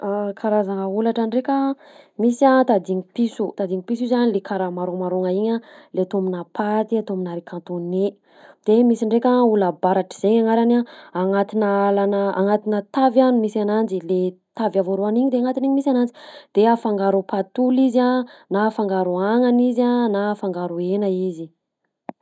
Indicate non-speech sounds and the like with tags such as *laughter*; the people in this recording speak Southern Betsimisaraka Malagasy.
*hesitation* Karazagna holatra ndraika: misy a tadiny piso, tadiny piso izy a le karaha marron marron-gna igny a le atao aminà paty, atao aminà riz cantonais; de misy ndraika hola-baratra zay agnarany a agnatinà alana agnatinà tavy a misy ananjy, le tavy avy ao aroany igny le agnatiny igny misy ananjy, de afangaro patoly izy a, na afangaro agnana izy a na afangaro hena izy.